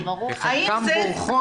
בוודאי.